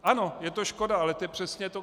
Ano, je to škoda, ale to je přesně to.